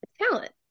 talent